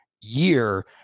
year